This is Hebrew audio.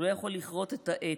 הוא לא יכול לכרות את העץ,